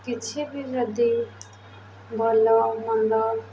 କିଛି ବି ଯଦି ଭଲ ମନ୍ଦ